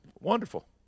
Wonderful